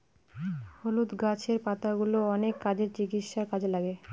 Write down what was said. হলুদ গাছের পাতাগুলো অনেক কাজে, চিকিৎসার কাজে লাগে